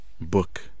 book